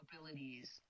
abilities